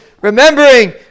remembering